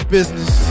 Business